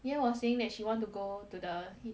vian was saying that she want to go to the